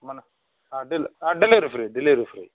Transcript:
మన డె delivery free delivery free